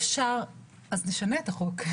אז נשנה את החוק.